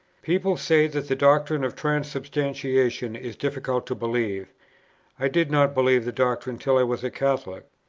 people say that the doctrine of transubstantiation is difficult to believe i did not believe the doctrine till i was a catholic.